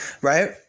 Right